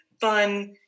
fun